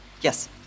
Yes